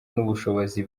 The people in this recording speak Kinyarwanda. n’ubushobozi